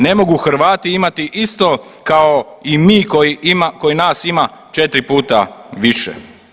Ne mogu Hrvati imati isto kao i mi koji nas ima četiri puta više.